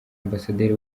ambasaderi